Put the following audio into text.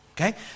okay